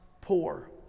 poor